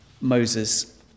Moses